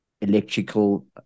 electrical